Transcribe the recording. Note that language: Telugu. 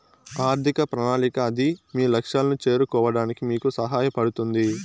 ఆర్థిక ప్రణాళిక అది మీ లక్ష్యాలను చేరుకోవడానికి మీకు సహాయపడుతుంది